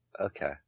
Okay